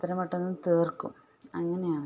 എത്രയും പെട്ടെന്ന് തീർക്കും അങ്ങനെയാണ്